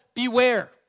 Beware